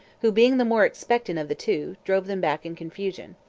who, being the more expectant of the two, drove them back in confusion.